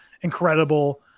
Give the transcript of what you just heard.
incredible